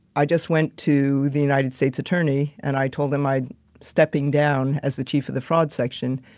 i just went to the united states attorney, and i told him i stepping down as the chief of the fraud section.